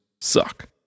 suck